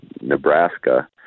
Nebraska